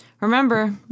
remember